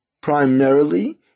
primarily